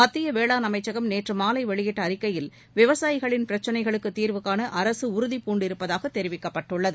மத்திய வேளான் அமைச்சகம் நேற்று மாலை வெளியிட்ட அறிக்கையில் விவசாயிகளின் பிரச்சினைகளுக்கு தீர்வுகாண அரசு உறுதிபூண்டிருப்பதாக தெரிவிக்கப்பட்டுள்ளது